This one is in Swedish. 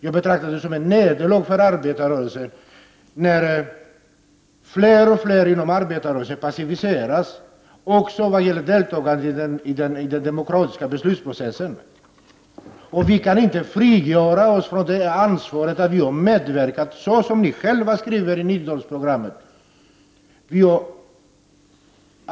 Jag betraktar det som ett nederlag för arbetarrörelsen när fler och fler inom arbetarrörelsen passiviseras också när det gäller deltagandet i den demokratiska beslutsprocessen. Vi kan inte frigöra oss från ansvaret för att ha medverkat, såsom ni själva skriver i 90-talsprogrammet.